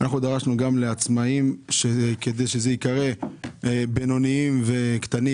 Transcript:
אנחנו דרשנו גם לעצמאים כדי שזה ייקרא בינוניים וקטנים,